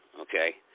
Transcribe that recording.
Okay